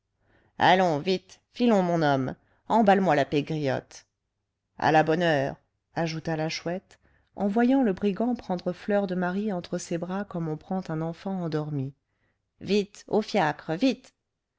allons vite filons mon homme emballe moi la pégriotte à la bonne heure ajouta la chouette en voyant le brigand prendre fleur de marie entre ses bras comme on prend un enfant endormi vite au fiacre vite